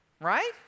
right